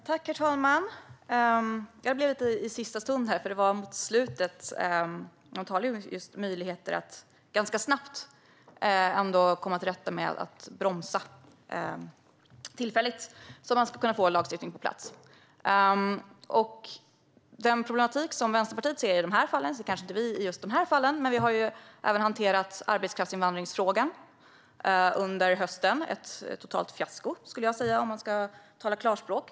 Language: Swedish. Herr talman! Man skulle kanske ganska snabbt kunna komma till rätta med att bromsa tillfälligt för att få en lagstiftning på plats. Den problematik som Vänsterpartiet ser kanske inte vi ser. Men vi har även hanterat arbetskraftsinvandringsfrågan under hösten. Det var ett totalt fiasko, om man ska tala klarspråk.